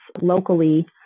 locally